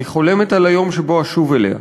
אני חולמת על היום שבו אשוב אליה.